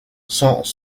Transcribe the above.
sans